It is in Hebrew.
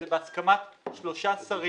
שזה בהסכמת שלושה שרים,